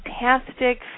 fantastic